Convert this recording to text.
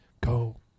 go